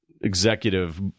executive